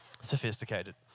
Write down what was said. Sophisticated